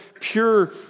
pure